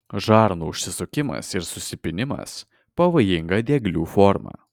žarnų užsisukimas ir susipynimas pavojinga dieglių forma